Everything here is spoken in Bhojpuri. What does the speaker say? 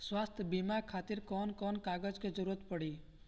स्वास्थ्य बीमा खातिर कवन कवन कागज के जरुरत पड़ी?